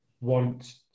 want